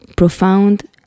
Profound